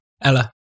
Ella